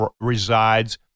resides